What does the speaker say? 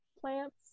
plants